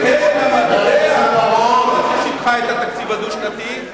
וקרן המטבע לא רק שיבחה את התקציב הדו-שנתי,